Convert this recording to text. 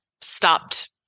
stopped